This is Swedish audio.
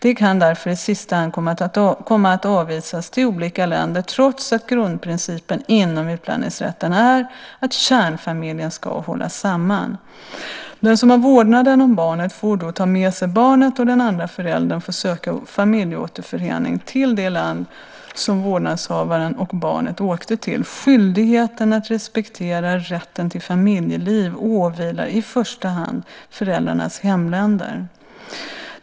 De kan därför i sista hand komma att avvisas till olika länder trots att grundprincipen inom utlänningsrätten är att kärnfamiljen ska hållas samman. Den som har vårdnaden om barnet får då ta med sig barnet, och den andra föräldern får söka familjeåterförening till det land som vårdnadshavaren och barnet åkte till. Skyldigheten att respektera rätten till familjeliv åvilar i första hand föräldrarnas hemländer.